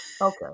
Okay